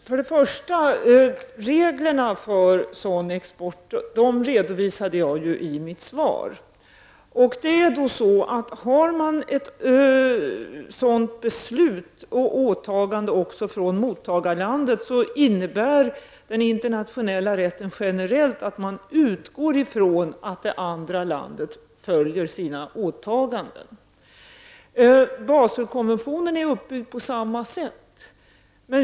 Fru talman! Först och främst redovisade jag i mitt svar reglerna för sådan export. Finns det ett åtagande från mottagarlandet, utgår man i den internationella rätten generellt från att det landet fullföljer sitt åtagande. Också Baselkonventionen är uppbyggd på detta sätt.